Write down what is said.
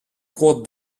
cours